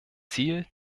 ziel